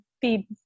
feed